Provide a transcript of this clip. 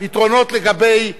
פתרונות לגבי הקיימים,